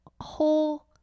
whole